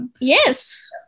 Yes